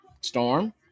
storm